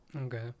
Okay